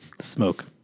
Smoke